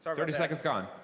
um thirty seconds gone.